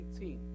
18